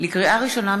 לקריאה ראשונה,